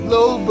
Low